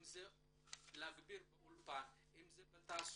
אם זה להגביר באולפן, אם זה בתעסוקה,